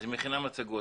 היא מכינה מצגות.